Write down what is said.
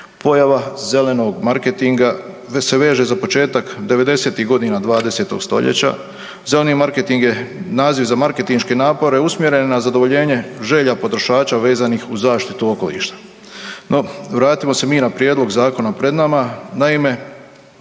Pojava zelenog marketinga se veže za početak devedesetih godina 20. stoljeća. Zeleni marketing je naziv za marketinške napore usmjerene na zadovoljenje želja potrošača vezanih uz zaštitu okoliša. No, vratimo se na prijedlog zakona pred nama,